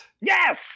Yes